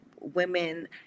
women